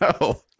no